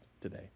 today